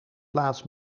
plaats